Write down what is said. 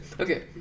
Okay